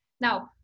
Now